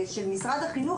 של משרד החינוך,